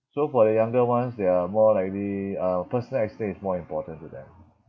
so for the younger ones they are more likely uh personal accidents is more important to them